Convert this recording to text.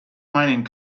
mining